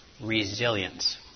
resilience